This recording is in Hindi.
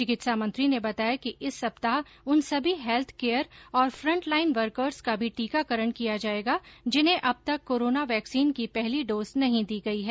चिकित्सा मंत्री ने बताया कि इस सप्ताह उन सभी हैल्थ केयर और फ़न्टलाईन वर्कर्स का भी टीकाकरण किया जायेगा जिन्हें अब तक कोरोना वैक्सीन की पहली डोज नहीं दी गई है